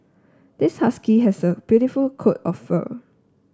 this husky has a beautiful coat of fur